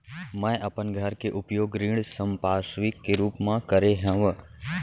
मै अपन घर के उपयोग ऋण संपार्श्विक के रूप मा करे हव